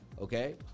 Okay